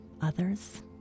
others